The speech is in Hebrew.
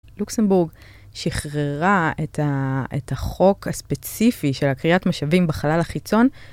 לוקסנבורג שחררה את החוק הספציפי של הכריית משאבים בחלל החיצון.